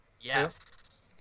Yes